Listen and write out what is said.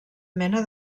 mena